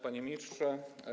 Panie Ministrze!